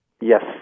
Yes